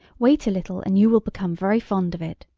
wait a little, and you will become very fond of it,